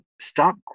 stop